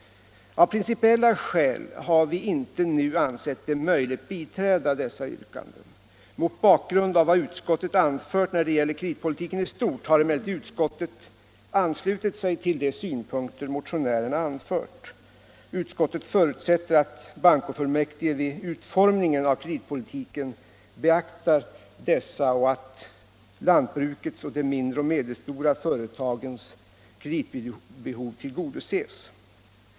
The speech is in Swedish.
Av principiella skäl har vi icke ansett det möjligt att biträda dessa yrkanden. Mot bakgrund av vad utskottet anfört när det gäller kreditpolitiken i stort har emellertid utskottet anslutit sig till de synpunkter motionärerna anfört. Utskottet förutsätter att bankofullmäktige vid utformningen av kreditpolitiken beaktar detta och att lantbrukets och de mindre och medelstora företagens kreditbehov tillgodoses.